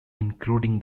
including